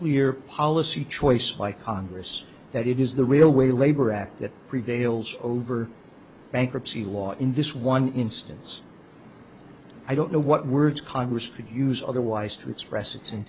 clear policy choice by congress that it is the railway labor act that prevails over bankruptcy law in this one instance i don't know what words congress would use otherwise to express it